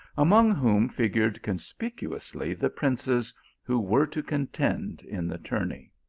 among whom figured conspicuously the princes who were to contend in the tourney.